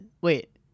wait